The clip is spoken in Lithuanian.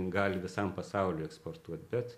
gali visam pasauliui eksportuot bet